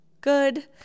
good